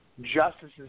Justices